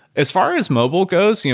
as far as mobile goes, you know